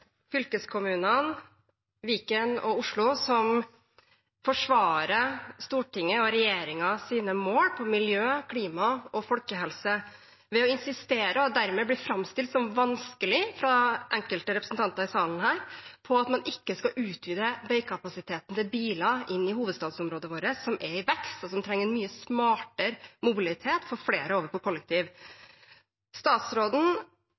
fylkeskommunene Viken og Oslo som forsvarer Stortinget og regjeringens mål på miljø, klima og folkehelse ved å insistere på – og dermed bli framstilt som vanskelig fra enkelte representanter i salen her – at man ikke skal utvide veikapasiteten for biler inn i hovedstadsområdet vårt, som er i vekst, og som trenger en mye smartere mobilitet, og flere over på kollektiv. Da statsråden